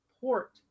port